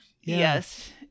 yes